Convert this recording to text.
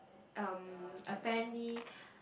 um apparently